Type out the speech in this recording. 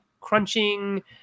crunching